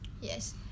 yes